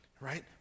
Right